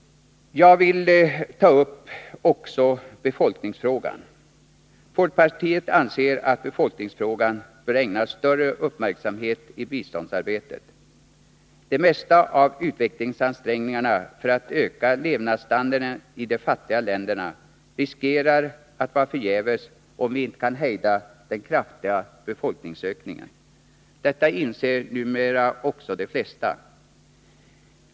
Jag vill också säga några ord i befolkningsfrågan. Folkpartiet anser att befolkningsfrågan bör ägnas större uppmärksamhet i biståndsarbetet. Det mesta av utvecklingsansträngningarna för att öka levnadsstandarden i de fattiga länderna riskerar att vara förgäves, om vi inte kan hejda den kraftiga befolkningsökningen. Detta inser numera också de flesta.